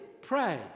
pray